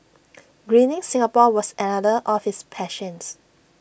Greening Singapore was another of his passions